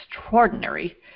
extraordinary